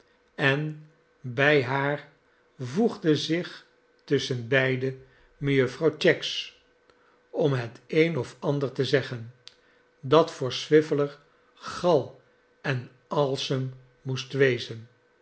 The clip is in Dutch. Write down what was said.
en bij haar vervoegde zich tusschenbeide mejuffer cheggs om het een of ander te zeggen dat voor swiveller gal en alsem moest wezen